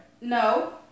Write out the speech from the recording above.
No